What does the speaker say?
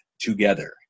together